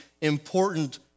important